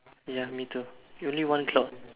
ya me too you only one o'clock